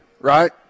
right